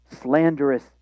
slanderous